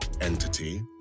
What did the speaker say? entity